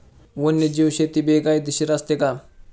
वन्यजीव शेती बेकायदेशीर असते का?